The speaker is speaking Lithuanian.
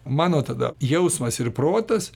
mano tada jausmas ir protas